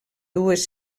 dues